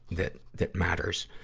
that that matters.